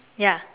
ya